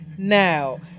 Now